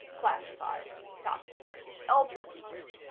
classified. top secret. ultra secret.